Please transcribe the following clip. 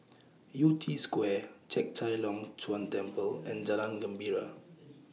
Yew Tee Square Chek Chai Long Chuen Temple and Jalan Gembira